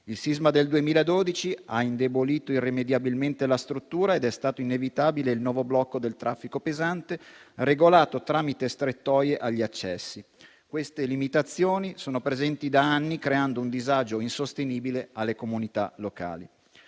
Il sisma del 2012 ha indebolito irrimediabilmente la struttura ed è stato inevitabile il nuovo blocco del traffico pesante, regolato tramite strettoie agli accessi. Queste limitazioni sono presenti da anni, creando un disagio insostenibile alle comunità locali.